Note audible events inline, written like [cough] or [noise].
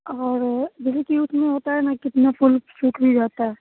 [unintelligible] होता है न कितने फूल सूख भी जाता है